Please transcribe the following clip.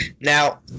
now